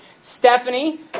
Stephanie